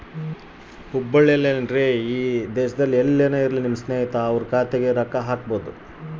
Sir ಹುಬ್ಬಳ್ಳಿಯಲ್ಲಿ ಇರುವ ನನ್ನ ಸ್ನೇಹಿತನ ಖಾತೆಗೆ ನಿಮ್ಮ ಬ್ಯಾಂಕಿನಿಂದ ರೊಕ್ಕ ಹಾಕಬಹುದಾ?